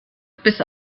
bis